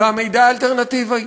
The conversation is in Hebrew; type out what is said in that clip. והמידע האלטרנטיבי,